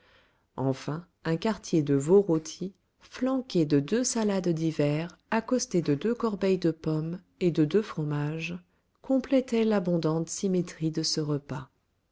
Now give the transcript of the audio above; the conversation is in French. enfin un quartier de veau rôti flanqué de deux salades d'hiver accostées de deux corbeilles de pommes et de deux fromages complétait l'abondante symétrie de ce repas